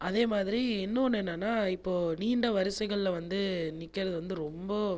அதே மாதிரி இன்னொன்று என்னென்னா இப்போது நீண்ட வரிசைகளில் வந்து நிற்கிறது வந்து ரொம்ப